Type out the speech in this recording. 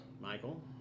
Michael